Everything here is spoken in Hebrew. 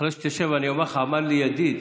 אחרי שתשב אני אומר לך, אמר לי ידיד,